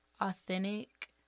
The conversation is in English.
authentic